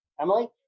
Emily